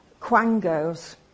quangos